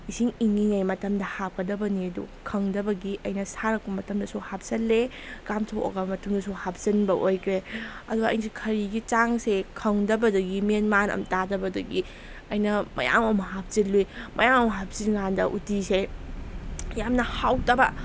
ꯏꯁꯤꯡ ꯏꯪꯉꯤꯉꯩ ꯃꯇꯝꯗ ꯍꯥꯞꯀꯗꯕꯅꯤ ꯑꯗꯨ ꯈꯪꯗꯕꯒꯤ ꯑꯩꯅ ꯁꯥꯔꯛꯄ ꯃꯇꯝꯗꯁꯨ ꯍꯥꯞꯆꯤꯜꯂꯦ ꯀꯥꯝꯊꯣꯛꯑꯕ ꯃꯇꯨꯡꯗꯁꯨ ꯍꯥꯞꯆꯤꯟꯕ ꯑꯣꯏꯒ꯭ꯔꯦ ꯑꯗꯨ ꯑꯩ ꯈꯔꯤꯒꯤ ꯆꯥꯡꯁꯦ ꯈꯪꯗꯕꯗꯒꯤ ꯃꯦꯟ ꯃꯥꯟ ꯑꯃ ꯇꯥꯗꯕꯗꯒꯤ ꯑꯩꯅ ꯃꯌꯥꯝ ꯑꯃ ꯍꯥꯞꯆꯤꯜꯂꯨꯏ ꯃꯌꯥꯝ ꯑꯃ ꯍꯥꯞꯆꯤꯟ ꯀꯥꯟꯗ ꯎꯇꯤꯁꯦ ꯌꯥꯝꯅ ꯍꯥꯎꯇꯕ